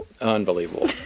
Unbelievable